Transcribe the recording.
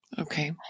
Okay